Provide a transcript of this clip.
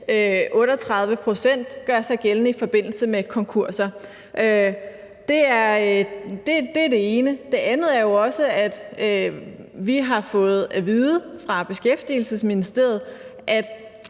38 pct. gør sig gældende i forbindelse med konkurser. Det er det ene. Det andet er, at vi fra Beskæftigelsesministeriets